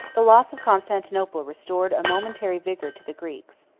the loss of constantinople restored a momentary vigor to the greeks.